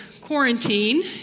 quarantine